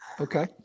okay